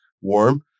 warm